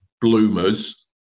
bloomers